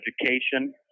education